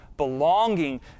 Belonging